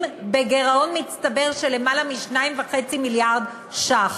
בגירעון מצטבר של יותר מ-2.5 מיליארד ש"ח,